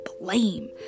blame